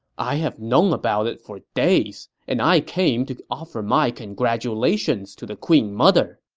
i have known about it for days, and i came to offer my congratulations to the queen mother.